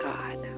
God